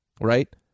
right